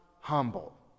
humble